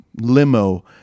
Limo